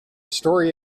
story